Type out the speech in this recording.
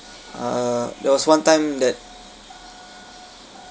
uh there was one time that